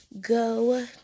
go